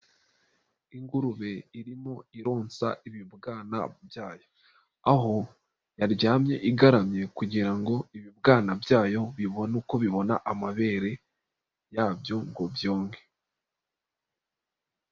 Ingurube irimo ironsa ibibwana byayo, aho yaryamye igaramye kugira ngo ibibwana byayo bibone uko bibona amabere yabyo ngo byonke.